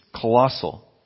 colossal